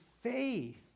faith